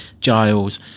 Giles